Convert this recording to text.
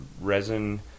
resin